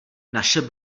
naše